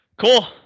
Cool